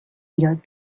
یاد